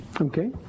okay